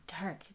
dark